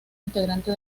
integrante